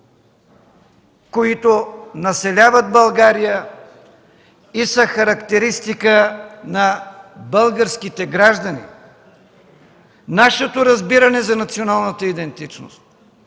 които населяват България и са характеристика на българските граждани. Нашето разбиране за националната идентичност